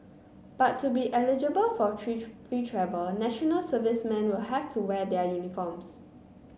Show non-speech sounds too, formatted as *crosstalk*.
but to be eligible for *unintelligible* free travel National Servicemen will have to wear their uniforms